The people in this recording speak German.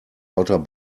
lauter